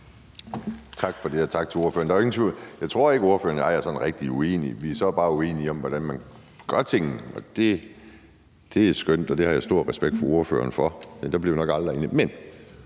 Jeg tror ikke, at ordføreren og jeg er sådan rigtig uenige. Vi er så bare uenige om, hvordan man gør tingene, og det er skønt, og det har jeg stor respekt for ordføreren for, men der bliver vi nok aldrig enige.